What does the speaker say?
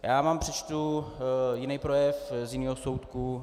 Já vám přečtu jiný projev z jiného soudku.